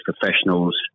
professionals